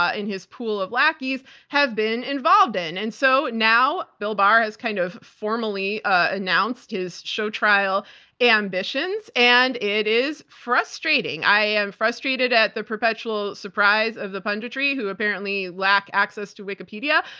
ah his pool of lackeys have been involved in. and so now bill barr has kind of formally announced his show trial ambitions, and it is frustrating. i am frustrated at the perpetual surprise of the punditry who apparently lack access to wikipedia,